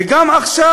וגם עכשיו,